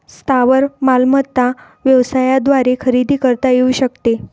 स्थावर मालमत्ता व्यवसायाद्वारे खरेदी करता येऊ शकते